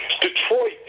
Detroit